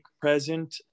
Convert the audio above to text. present